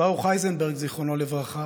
ברוך אייזנברג, זיכרונו לברכה,